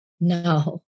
no